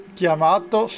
chiamato